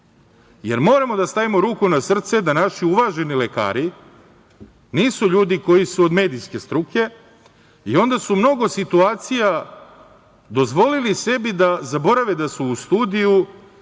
jer moramo da stavimo ruku na srce da naši uvaženi lekari nisu ljudi koji su od medijske struke i onda su u mnogo situacija dozvolili sebi da zaborave da su studiju